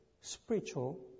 spiritual